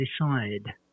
decide